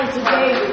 today